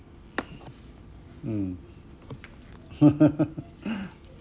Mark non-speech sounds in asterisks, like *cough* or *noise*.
mm *laughs* *breath*